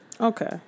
Okay